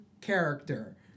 character